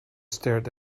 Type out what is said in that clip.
stared